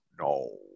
No